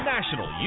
National